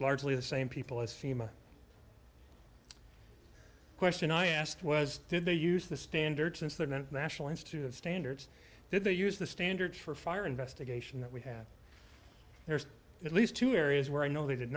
largely the same people as fema question i asked was did they use the standard since they didn't national institute of standards did they use the standards for fire investigation that we have there's at least two areas where i know they did